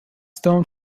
stone